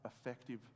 effective